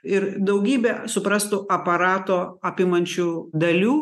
ir daugybę suprastų aparato apimančių dalių